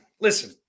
Listen